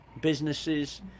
businesses